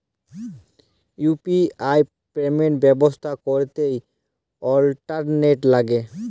UPI payment ব্যবস্থা ক্যরতে internet ল্যাগে